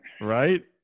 Right